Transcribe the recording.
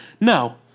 No